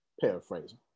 paraphrasing